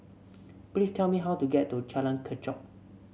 please tell me how to get to Jalan Kechot